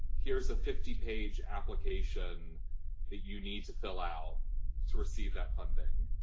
here's a fifty page application that you need to fill out to receive that funding.